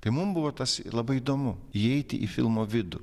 tai mum buvo tas labai įdomu įeiti į filmo vidų